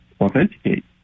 authenticate